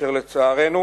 אשר לצערנו